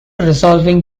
resolving